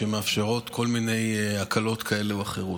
שמאפשרות כל מיני הקלות כאלה ואחרות.